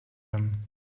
them